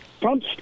Trump